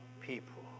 people